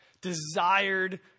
desired